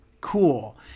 cool